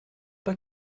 pas